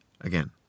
again